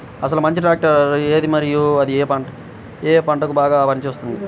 అసలు మంచి ట్రాక్టర్ ఏది మరియు అది ఏ ఏ పంటలకు బాగా పని చేస్తుంది?